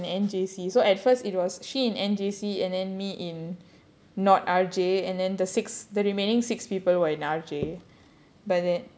ya correct ya but there was one girl who was in N_J_C so at first it was she in N_J_C and then me in not R_J and then the six the remaining six people were in R_J but then